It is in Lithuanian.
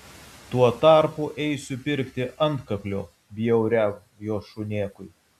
tuo tarpu eisiu pirkti antkaklio bjauriam jos šunėkui